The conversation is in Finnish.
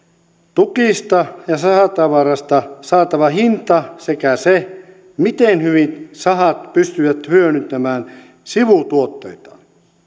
tukista ja sahatavarasta saatava hinta sekä se miten hyvin sahat pystyvät hyödyntämään sivutuotteitaan